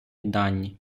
дані